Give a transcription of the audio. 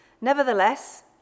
Nevertheless